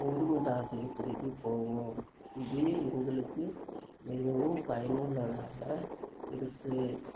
government ஆஸ்பத்திரிக்கு போவோம் இது எங்களுக்கு மிகவும் பயனுள்ளதாக இருக்குது